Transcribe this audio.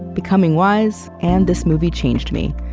becoming wise, and this movie changed me.